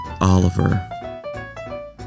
Oliver